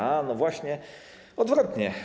Ano właśnie, odwrotnie.